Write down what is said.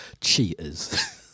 Cheaters